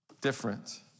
different